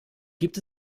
gibt